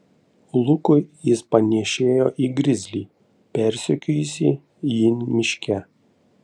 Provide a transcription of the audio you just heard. lukui jis panėšėjo į grizlį persekiojusį jį miške